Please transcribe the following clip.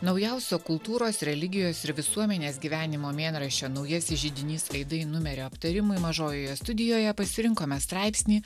naujausio kultūros religijos ir visuomenės gyvenimo mėnraščio naujasis židinys aidai numerio aptarimui mažojoje studijoje pasirinkome straipsnį